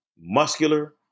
muscular